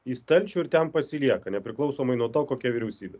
į stalčių ir ten pasilieka nepriklausomai nuo to kokia vyriausybė